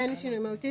אין שינוי מהותי.